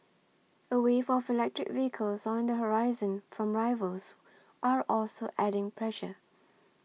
a wave of electric vehicles on the horizon from rivals are also adding pressure